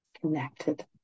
connected